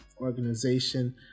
organization